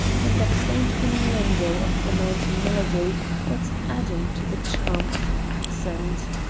and that faint innuendo of the mountain melody but adding to the charm of her accent.